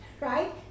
right